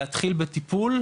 צריך להסתובב עם פלפון,